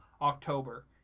October